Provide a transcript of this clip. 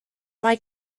mae